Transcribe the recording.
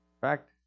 fact